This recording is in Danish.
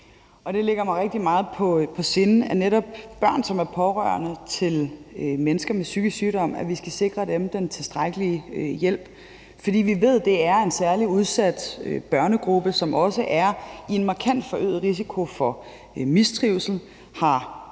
Og det ligger mig rigtig meget på sinde, at vi skal sikre netop børn, som er pårørende til mennesker med psykisk sygdom, den tilstrækkelige hjælp, for vi ved, det er en særlig udsat børnegruppe, som også er i en markant forøget risiko for mistrivsel og